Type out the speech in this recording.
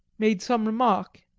made some remark.